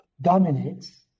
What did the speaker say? dominates